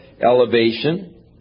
elevation